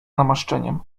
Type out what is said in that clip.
namaszczeniem